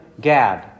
Gad